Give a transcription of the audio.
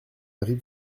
rive